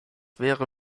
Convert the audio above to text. wäre